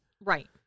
Right